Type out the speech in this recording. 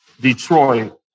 Detroit